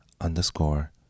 underscore